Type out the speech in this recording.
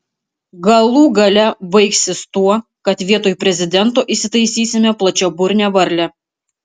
galų gale baigsis tuo kad vietoj prezidento įsitaisysime plačiaburnę varlę